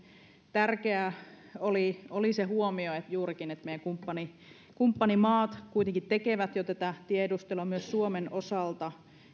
tärkeä oli juurikin se huomio että meidän kumppanimaamme kuitenkin tekevät jo tätä tiedustelua myös suomen osalta